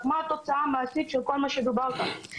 ומה התוצאה המעשית של כל מה שדובר כאן.